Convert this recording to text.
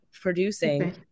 producing